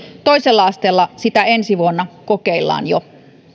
toisella asteella sitä ensi vuonna kokeillaan jo